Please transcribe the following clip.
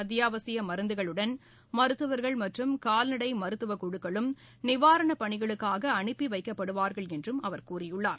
அத்தியாவசிய மருந்துகளுடன் மருத்துவர்கள் மற்றும் கால்நடை மருத்துவக் குழுக்களும் நிவாரணப் பணிகளுக்காக அனுப்பி வைக்கப்படுவார்கள் என்றும் அவர் கூறியுள்ளார்